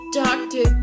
doctor